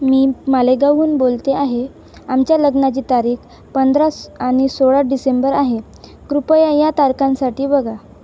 मी मालेगावहून बोलते आहे आमच्या लग्नाची तारीख पंधरा आणि सोळा डिसेंबर आहे कृपया या तारखांसाठी बघा